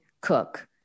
cook